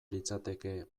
litzateke